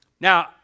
Now